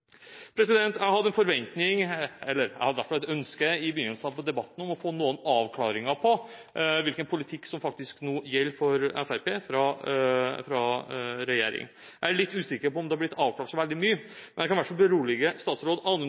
Jeg hadde i begynnelsen av debatten et ønske om å få noen avklaringer på hvilken politikk som faktisk nå gjelder for Fremskrittspartiet i regjering. Jeg er litt usikker på om det er blitt avklart så veldig mye. Jeg kan i hvert fall berolige statsråd